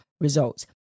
results